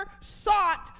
sought